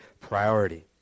priority